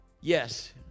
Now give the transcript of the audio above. Yes